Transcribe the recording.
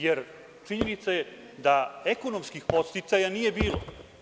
Jer, činjenica je da ekonomskih podsticaja nije bilo.